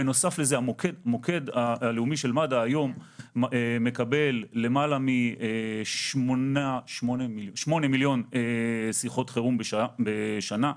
המוקד הלאומי של מד"א מקבל היום למעלה מ-8 מיליון שיחות חירום בשנה.